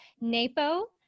NAPO